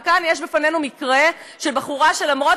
וכאן יש לפנינו מקרה של בחורה שלמרות